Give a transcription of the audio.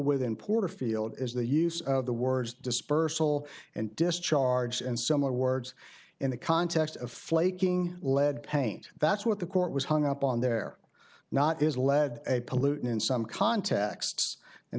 with in porterfield is the use of the words dispersal and discharge and similar words in the context of flaking lead paint that's what the court was hung up on there not is lead a pollutant in some contexts